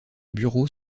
bureaux